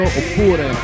oppure